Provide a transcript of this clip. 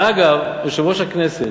אגב, יושב-ראש הכנסת,